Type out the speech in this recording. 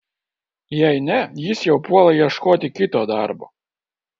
jei ne jis jau puola ieškoti kito darbo